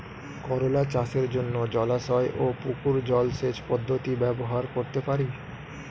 করোলা চাষের জন্য জলাশয় ও পুকুর জলসেচ পদ্ধতি ব্যবহার করতে পারি?